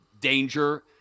danger